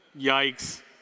yikes